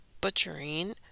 butchering